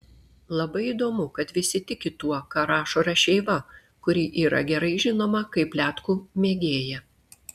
labai įdomu kad visi tiki tuo ką rašo rašeiva kuri yra gerai žinoma kaip pletkų mėgėja